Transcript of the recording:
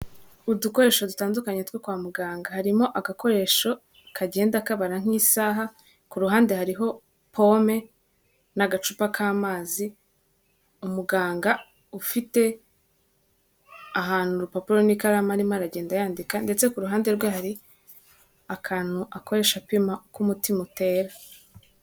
Udukoresho dutandukanye two kwa muganga, harimo agakoresho kagenda kaba nk'isaha ku ruhande hariho pome n'agacupa k'amazi, umuganga ufite ahantu urupapuro n'ikaramu arimo aragenda yandika ndetse ku ruhande rwe hari akantu akoresha apima ko umutima utera.